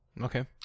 Okay